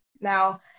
Now